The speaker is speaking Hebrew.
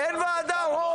אין וועדה רון.